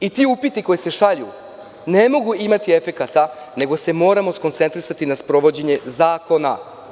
Ti upiti koji se šalju ne mogu imati efekta, nego se moramo skoncentrisati na sprovođenje zakona.